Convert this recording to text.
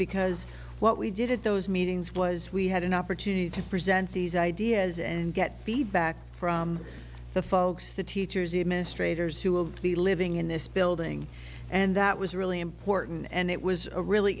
because what we did at those meetings was we had an opportunity to present these ideas and get feedback from the folks the teachers even if raters who will be living in this building and that was really important and it was a really